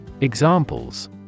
Examples